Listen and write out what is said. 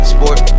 Sport